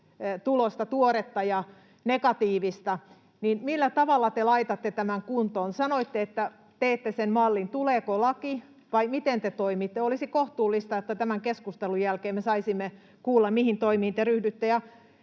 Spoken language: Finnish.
tuoretta ja negatiivista. Millä tavalla te laitatte tämän kuntoon? Sanoitte, että teette sen mallin. Tuleeko laki, vai miten te toimitte? Olisi kohtuullista, että tämän keskustelun jälkeen me saisimme kuulla, mihin toimiin te ryhdytte.